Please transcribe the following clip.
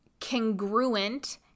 congruent